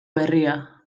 berria